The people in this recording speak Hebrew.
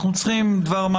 אנחנו צריכים דבר מה